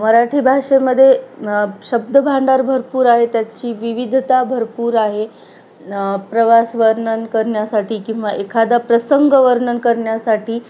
मराठी भाषेमध्ये शब्द भांडार भरपूर आहे त्याची विविधता भरपूर आहे प्रवास वर्णन करण्यासाठी किंवा एखादा प्रसंग वर्णन करण्यासाठी